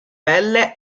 pelle